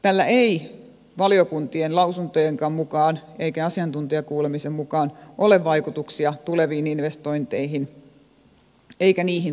tällä ei valiokuntien lausuntojenkaan mukaan eikä asiantuntijakuulemisen mukaan ole vaikutuksia tuleviin investointeihin eikä niihin tuottotavoitteisiin